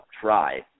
try